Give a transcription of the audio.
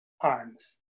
arms